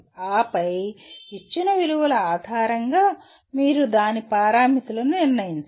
ఆపై ఇచ్చిన విలువల ఆధారంగా మీరు దాని పారామితులను నిర్ణయించాలి